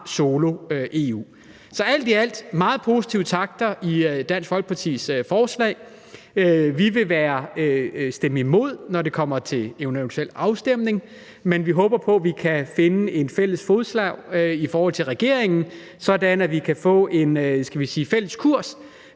solo EU. Så alt i alt er der meget positive takter i Dansk Folkepartis forslag. Vi vil stemme imod, når det kommer til en eventuel afstemning, men vi håber på, at vi kan finde et fælles fodslag i forhold til regeringen, så vi kan få en fælles kurs